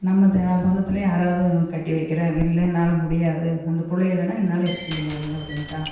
நம்ம ஜா சொந்தத்திலயே யாராவது உனக்கு கட்டி வைக்கிறேன் இல்லை என்னால் முடியாது அந்த பிள்ளை இல்லைன்னா என்னால் இருக்க முடியாது அப்படின்ட்டான்